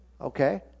Okay